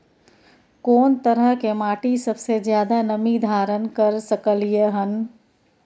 कोन तरह के माटी सबसे ज्यादा नमी धारण कर सकलय हन?